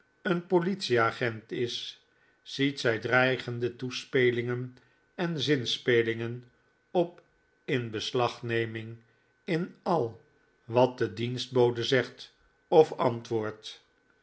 een politie-agent is ziet zij dreigende toespelingen en zinspelingen op inbeslagneming in al wat de dienstbode zegt of antwoordt